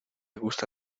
gusta